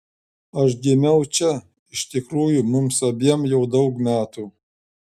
aš gimiau čia iš tikrųjų mums abiem jau daug metų